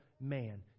man